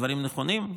הדברים נכונים?